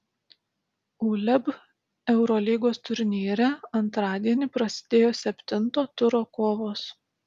uleb eurolygos turnyre antradienį prasidėjo septinto turo kovos